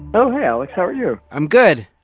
oh hey alex. how are you? i'm good,